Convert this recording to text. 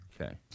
Okay